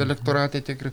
elektorate tiek ir